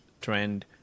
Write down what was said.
trend